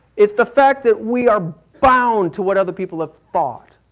it's the fact that we are bound to what other people have thought.